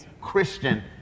Christian